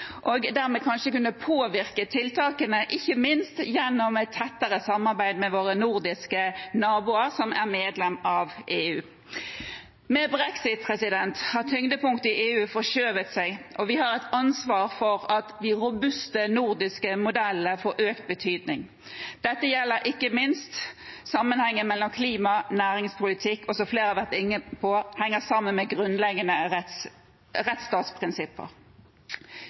og dermed kanskje kunne påvirke tiltakene, ikke minst gjennom tettere samarbeid med våre nordiske naboer som er medlemmer av EU. Med brexit har tyngdepunktet i EU forskjøvet seg, og vi har et ansvar for at de robuste nordiske modellene får økt betydning. Dette gjelder ikke minst sammenhengen mellom klima og næringspolitikk og at dette, som flere har vært inne på, henger sammen med grunnleggende rettsstatsprinsipper.